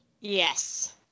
Yes